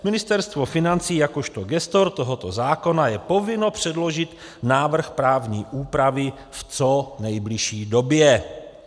Ministerstvo financí jakožto gestor tohoto zákona je povinno předložit návrh právní úpravy v co nejbližší době.